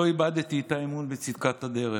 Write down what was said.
לא איבדתי את האמון בצדקת הדרך.